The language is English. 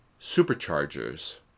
superchargers